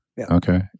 Okay